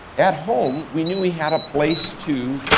at home, we knew he had a place to